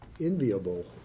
enviable